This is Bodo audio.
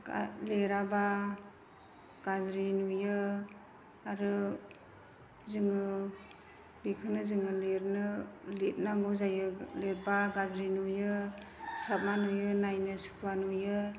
लिराब्ला गाज्रि नुयो आरो जोङो बेखोनो जोङो लिदनो लिदनांगौ जायो लिदनाबा गाज्रि नुयो साबा नुयो नायनो सुखुवा नुयो